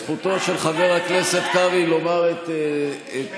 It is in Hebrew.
זכותו של חבר הכנסת קרעי לומר את דברו.